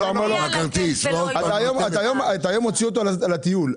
אתה היום מוציא אותו לטיול.